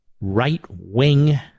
right-wing